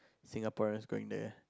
Singaporeans going there